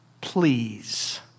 Please